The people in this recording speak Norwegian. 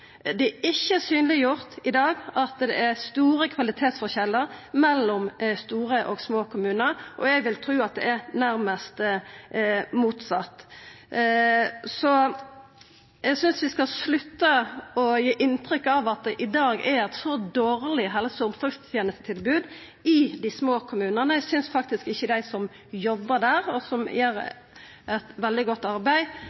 Det er ikkje gjort synleg at det er store kvalitetsforskjellar mellom store og små kommunar, og eg vil tru at det nærmast er motsett. Så eg synest vi skal slutta å gi inntrykk av at det i dag er eit dårleg helse- og omsorgstenestetilbod i dei små kommunane. Eg synest ikkje dei som jobbar der, og som